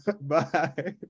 Bye